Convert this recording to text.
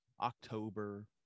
October